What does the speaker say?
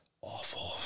awful